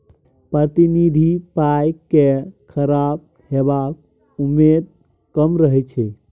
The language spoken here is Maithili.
प्रतिनिधि पाइ केँ खराब हेबाक उम्मेद कम रहै छै